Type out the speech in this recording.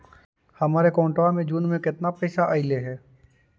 हमर अकाउँटवा मे जून में केतना पैसा अईले हे?